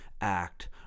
act